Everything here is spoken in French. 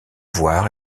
voir